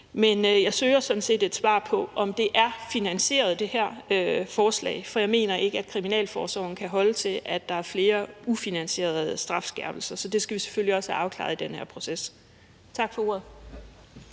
Men jeg søger sådan set et svar på, om det her forslag er finansieret, for jeg mener ikke, at kriminalforsorgen kan holde til, at der er flere ufinansierede strafskærpelser, så det skal vi selvfølgelig også have afklaret i den her proces. Tak for ordet.